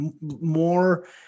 more